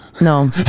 No